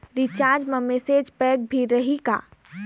Recharge मा message pack भी रही का?